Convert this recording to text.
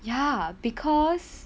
ya because